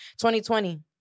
2020